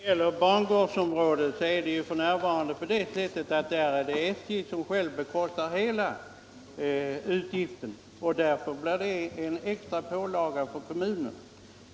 Herr talman! När det gäller bangårdsområden är det f. n. SJ som själva bestrider hela utgiften. Därför blir detta en extra pålaga på kommunen.